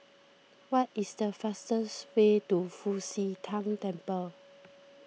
what is the fastest way to Fu Xi Tang Temple